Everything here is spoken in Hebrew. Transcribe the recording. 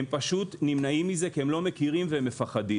הם פשוט נמנעים מזה כי הם לא מכירים והם מפחדים.